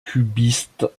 cubiste